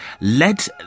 Let